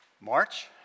March